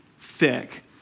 thick